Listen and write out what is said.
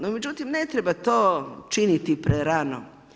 No, međutim, ne treba to činiti prerano.